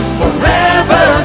forever